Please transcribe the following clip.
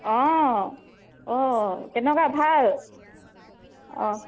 অঁ ও কেনেকুৱা ভাল অঁ